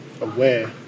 aware